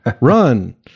run